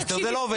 זה לא עובד ביחד.